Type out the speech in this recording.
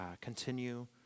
continue